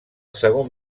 segon